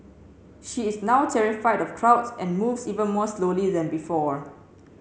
she is now terrified of crowds and moves even more slowly than before